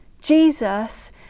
Jesus